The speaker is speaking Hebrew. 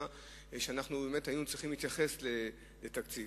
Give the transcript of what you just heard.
שאנחנו באמת היינו צריכים להתייחס לתקציב.